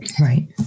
Right